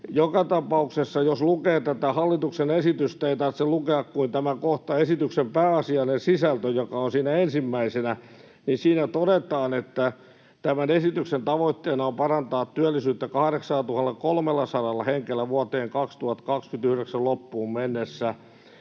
joka tapauksessa, jos lukee tätä hallituksen esitystä, ei tarvitse lukea kuin tämä kohta ”Esityksen pääasiallinen sisältö”, joka on siinä ensimmäisenä, ja siinä todetaan: ”Tämän esityksen tavoitteena on parantaa työllisyyttä 8 300 hengellä vuoden 2029 loppuun mennessä,